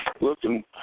looking